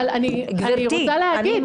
אבל אני רוצה להגיב.